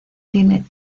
tiene